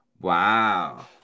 Wow